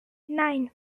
nine